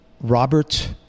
Robert